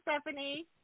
Stephanie